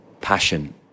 passion